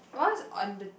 my one is on the